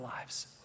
lives